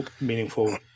meaningful